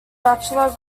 bachelor